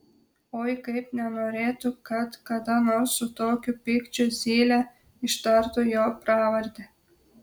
oi kaip nenorėtų kad kada nors su tokiu pykčiu zylė ištartų jo pravardę